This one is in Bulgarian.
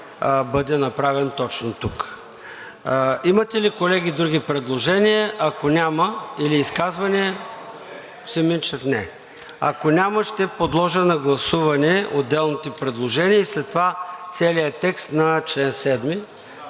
бъде направен точно тук. Имате ли, колеги, други предложения или изказвания? Ако няма, ще подложа на гласуване отделните предложения и след това целия текст на чл. 7